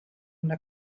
una